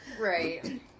right